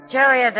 Jerry